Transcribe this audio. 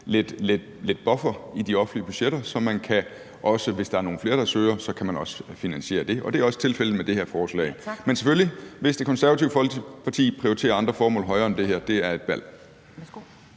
lidt en buffer i de offentlige budgetter, så man, hvis der er flere, der søger om det, også kan finansiere det. Og det er også tilfældet med det her forslag. Men selvfølgelig er det et valg, hvis Det Konservative Folkeparti prioriterer andre formål højere end det her. Kl.